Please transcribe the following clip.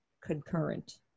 concurrent